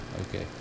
Okay